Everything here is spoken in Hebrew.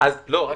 רק